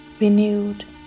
renewed